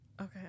Okay